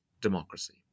democracy